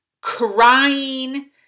crying